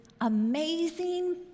amazing